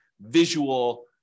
visual